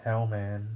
hell man